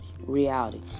reality